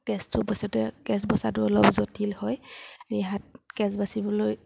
কেঁচটো বাচোঁতে কেঁচ বচাটো অলপ জটিল হয় ৰিহাত কেঁচ বাচিবলৈ